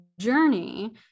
journey